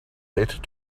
date